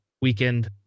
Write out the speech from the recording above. weekend